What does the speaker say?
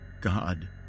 God